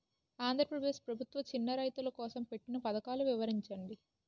ఆంధ్రప్రదేశ్ ప్రభుత్వ చిన్నా రైతుల కోసం పెట్టిన పథకాలు వివరించండి?